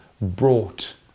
brought